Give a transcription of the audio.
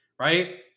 right